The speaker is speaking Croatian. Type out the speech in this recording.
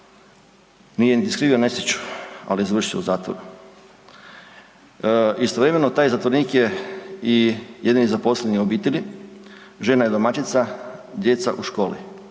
Nije niti skrivio nesreću ali je završio u zatvoru. Istovremeno taj zatvorenik je i jedini zaposleni u obitelji, žena je domaćica, djeca u školi.